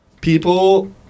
People